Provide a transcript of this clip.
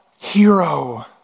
hero